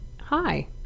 hi